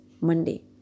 Monday